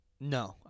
No